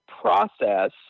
process